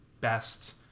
best